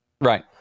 Right